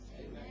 Amen